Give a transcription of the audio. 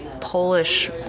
polish